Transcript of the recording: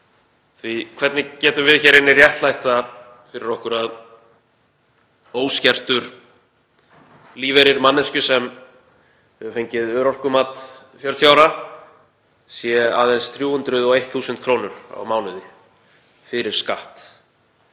það. Hvernig getum við hér inni réttlætt það fyrir okkur að óskertur lífeyrir manneskju sem hefur fengið örorkumat 40 ára sé aðeins 301.000 kr. á mánuði fyrir skatt?